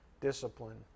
discipline